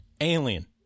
Alien